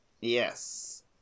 Yes